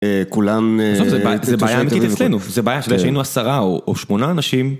כולם... -עזוב, זה בעיה אמיתית אצלנו, זה בעיה שלא היינו עשרה או שמונה אנשים.